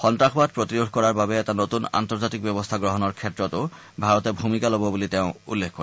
সন্তাসবাদ প্ৰতিৰোধ কৰাৰ বাবে নতুন আন্তৰ্জাতিক ব্যৱস্থা গ্ৰহণৰ ক্ষেত্ৰতো ভাৰতে ভূমিকা ল'ব বুলি তেওঁ উল্লেখ কৰে